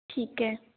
ਠੀਕ ਹੈ